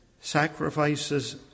Sacrifices